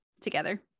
together